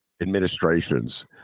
administrations